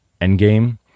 Endgame